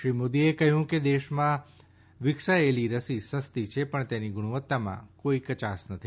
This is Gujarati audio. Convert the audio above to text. શ્રી મોદીએ કહ્યું કે દેશમાં વિકસાવાયેલી રસી સસ્તી છે પણ તેની ગુણવત્તામાં કોઇ કચાશ નથી